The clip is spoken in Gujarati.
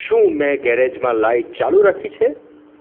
શું મેં ગેરેજમાં લાઈટ ચાલુ રાખી છે